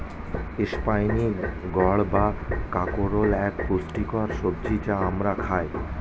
spiny gourd বা কাঁকরোল এক পুষ্টিকর সবজি যা আমরা খাই